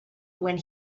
when